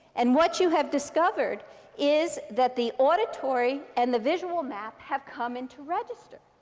and what you have discovered is that the auditory and the visual map have come into register.